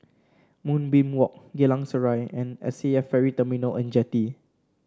Moonbeam Walk Geylang Serai and S A F Ferry Terminal and Jetty